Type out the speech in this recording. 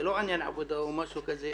זה לא עבודה או משהו כזה,